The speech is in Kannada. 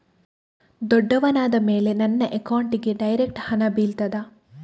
ದೊಡ್ಡವನಾದ ಮೇಲೆ ನನ್ನ ಅಕೌಂಟ್ಗೆ ಡೈರೆಕ್ಟ್ ಹಣ ಬೀಳ್ತದಾ?